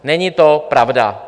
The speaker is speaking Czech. Není to pravda.